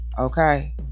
okay